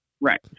Right